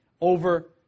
over